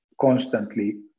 constantly